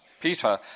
Peter